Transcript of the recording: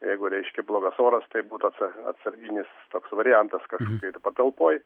jeigu reiškia blogas oras tai būtų atsa atsarginis toks variantas kažkokioj tai patalpoj